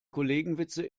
kollegenwitze